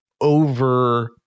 over